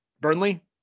Burnley